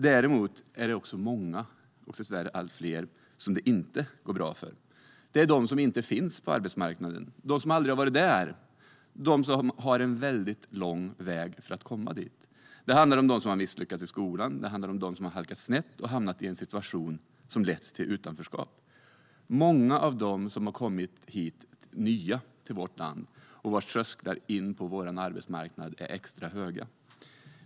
Dock är det också många, och dessvärre allt fler, som det inte går bra för. Det är de som inte finns på arbetsmarknaden, de som aldrig har varit där, de som har en väldigt lång väg att gå för att komma dit. Det handlar om dem som misslyckats i skolan. Det handlar om dem som halkat snett och hamnat i en situation som lett till utanförskap. Det handlar om många av dem som är nya i vårt land och vars trösklar in på vår arbetsmarknad är extra höga.